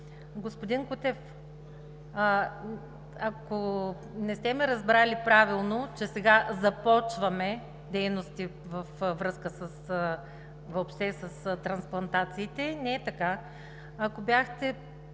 Господин Кутев, ако не сте ме разбрали правилно, че сега започваме дейности във връзка въобще с трансплантациите, не е така. Ако бяхте